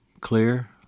clear